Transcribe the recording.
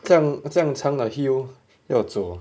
这样长的 hill 要走